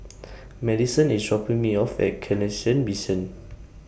Maddison IS dropping Me off At Canossian Mission